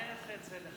יחיא.